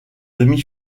demi